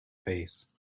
face